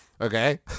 Okay